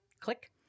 click